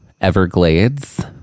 Everglades